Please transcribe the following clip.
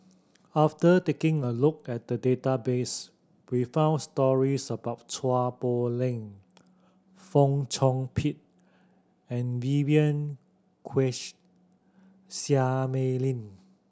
after taking a look at the database we found stories about Chua Poh Leng Fong Chong Pik and Vivien Quahe Seah Mei Lin